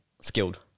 skilled